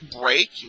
break